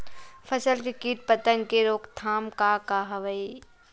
फसल के कीट पतंग के रोकथाम का का हवय?